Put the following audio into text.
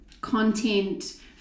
content